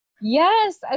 Yes